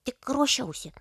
tik ruošiausi